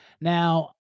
Now